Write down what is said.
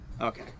Okay